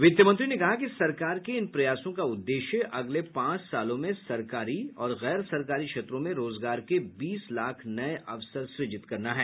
वित्त मंत्री ने कहा कि सरकार के इन प्रयासों का उद्देश्य अगले पांच सालों में सरकारी और गैर सरकारी क्षेत्रों में रोजगार के बीस लाख नये अवसर सृजित करना है